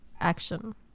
action